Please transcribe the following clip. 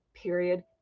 period